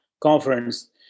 conference